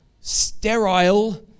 sterile